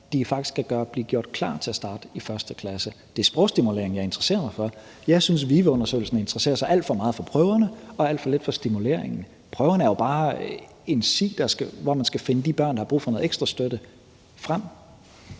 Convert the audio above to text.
kan blive gjort klar til at starte i 1. klasse. Det er sprogstimuleringen, jeg interesserer mig for. Jeg synes, at VIVE-undersøgelsen interesserer sig alt for meget for prøverne og alt for lidt for stimuleringen. Prøverne er jo bare en si, hvormed man skal finde frem til de børn, der har brug for noget ekstra støtte.